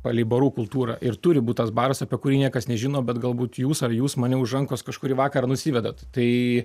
palei barų kultūrą ir turi būti tas baras apie kurį niekas nežino bet galbūt jūs ar jūs mane už rankos kažkurį vakarą nusivedat tai